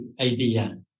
idea